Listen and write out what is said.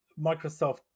Microsoft